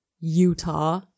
Utah